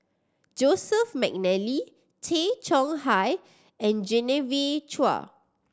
Joseph McNally Tay Chong Hai and Genevieve Chua